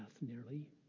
nearly